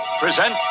present